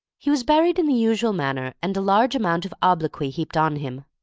he was buried in the usual manner, and a large amount of obloquy heaped on him.